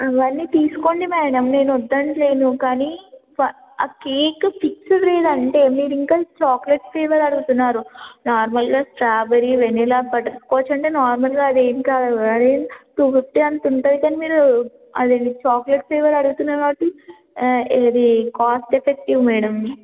అవన్నీ తీసుకోండి మేడం నేను వద్దంట్లేదు కానీ ఆ కేక్ ఫిక్స్డ్ రేట్ అంటే మీరు ఇంకా చాక్లెట్ ఫ్లేవర్ అడుగుతున్నారు నార్మల్గా స్ట్రాబెరీ వెనీలా బటర్స్కాచ్ అంటే నార్మల్గా అదేం కాదు అది టూ ఫిఫ్టీ అంత ఉంటుంది కానీ మీరు అది చాక్లెట్ ఫ్లేవర్ అడుగుతున్నారు కాబట్టి ఇది కాస్ట్ ఎఫెక్టివ్ మేడం